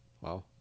Wow